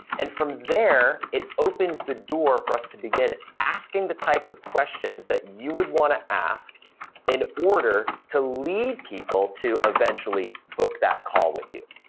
and from there, it opens the door for us to begin asking the types of questions that you would want to ask in order to lead people to eventually book that call with you.